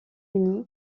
uni